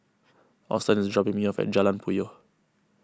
Auston is dropping me off at Jalan Puyoh